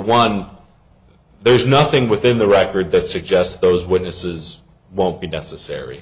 one there's nothing within the record that suggests those witnesses won't be necessary